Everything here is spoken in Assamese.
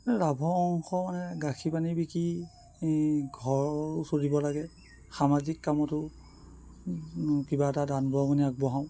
লাভৰ অংশ মানে গাখীৰ পানী বিকি ঘৰো চলিব লাগে সামাজিক কামতো কিবা এটা দান বৰঙণি আগবঢ়াওঁ